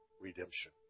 redemption